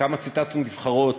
כמה ציטטות נבחרות